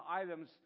items